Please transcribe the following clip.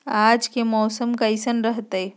आज के मौसम कैसन रहताई?